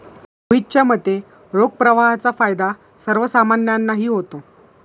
मोहितच्या मते, रोख प्रवाहाचा फायदा सर्वसामान्यांनाही होतो